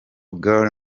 gor